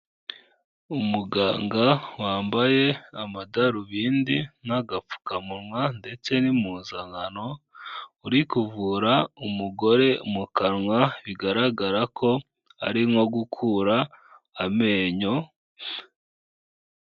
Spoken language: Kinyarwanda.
Umuganga wambaye amadarubindi n'agapfukamunwa ndetse n'impuzankano, uri kuvura umugore mu kanwa, bigaragara ko ari nko gukura amenyo.